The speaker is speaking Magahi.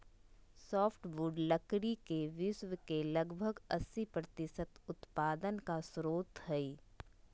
सॉफ्टवुड लकड़ी के विश्व के लगभग अस्सी प्रतिसत उत्पादन का स्रोत हइ